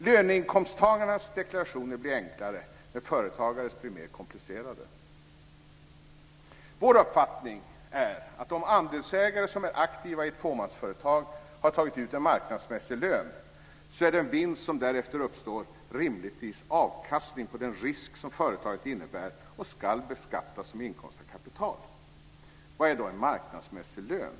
Löneinkomsttagares deklarationer blir enklare, men företagares blir mer komplicerade. Vår uppfattning är att om andelsägare som är aktiva i ett fåmansföretag tagit ut en marknadsmässig lön, är den vinst som därefter uppstår rimligtvis avkastning på den risk som företagandet innebär och ska beskattas som inkomst av kapital. Vad är då en marknadsmässig lön?